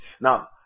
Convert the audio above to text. Now